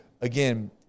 again